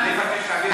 להצבעה.